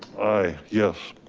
aye, yes.